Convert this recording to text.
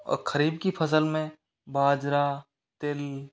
और खरीब की फसल में बाजरा तिल